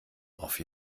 auf